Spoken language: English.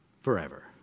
forever